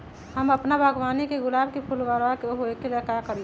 हम अपना बागवानी के गुलाब के फूल बारा होय ला का करी?